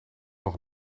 nog